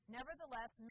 Nevertheless